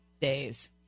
days